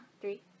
three